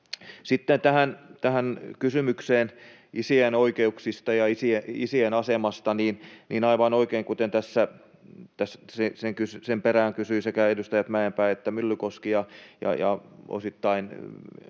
Sitten tähän kysymykseen isien oikeuksista ja isien asemasta, kun tässä sen perään kysyivät sekä edustaja Mäenpää että edustaja Myllykoski, ja osittain